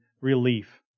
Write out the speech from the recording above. relief